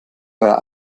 euer